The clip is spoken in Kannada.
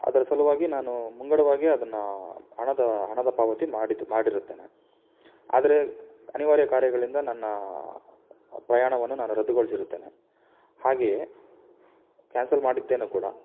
ಅದರ ಸಲುವಾಗಿ ನಾನು ಮುಂಗಡವಾಗಿ ಅದನ್ನು ಹಣದ ಹಣದ ಪಾವತಿ ಮಾಡಿತ್ ಮಾಡಿರುತ್ತೇನೆ ಆದರೆ ಅನಿವಾರ್ಯ ಕಾರ್ಯಗಳಿಂದ ನನ್ನ ಪ್ರಯಾಣವನ್ನು ನಾನು ರದ್ದುಗೊಳಿಸಿರುತ್ತೇನೆ ಹಾಗೆಯೇ ಕ್ಯಾನ್ಸಲ್ ಮಾಡಿದ್ದೇನೆ ಕೂಡ